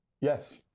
Yes